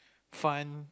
fun